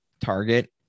target